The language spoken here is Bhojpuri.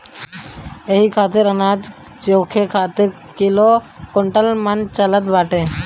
एही तरही अनाज के जोखे खातिर किलो, कुंटल, मन चलत बाटे